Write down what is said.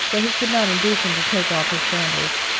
though he could not induce him to take off his sandals,